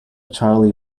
charley